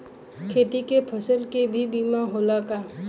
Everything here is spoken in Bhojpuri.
खेत के फसल के भी बीमा होला का?